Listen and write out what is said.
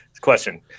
question